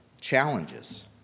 challenges